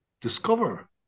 discover